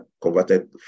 converted